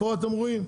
אתם רואים,